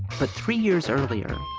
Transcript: but three years earlier,